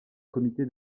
comité